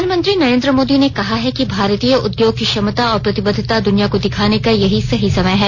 प्रधानमंत्री नरेन्द्र मोदी ने कहा है कि भारतीय उद्योग की क्षमता और प्रतिबद्वता दुनिया को दिखाने का यही सही समय है